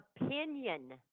opinion